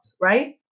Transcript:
right